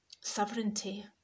sovereignty